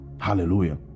Hallelujah